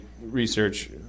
research